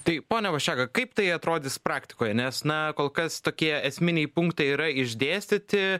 taip pone vaščega kaip tai atrodys praktikoje nes na kol kas tokie esminiai punktai yra išdėstyti